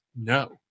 No